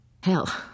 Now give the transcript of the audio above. Hell